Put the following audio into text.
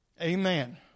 Amen